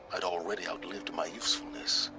i'd already outlived my usefulness